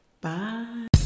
Bye